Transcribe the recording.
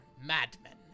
madmen